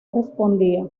respondía